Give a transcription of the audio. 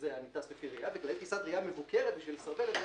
שאני טס לפי כללי ראיה ויש כללי ראיה מבוקרת זה כשאני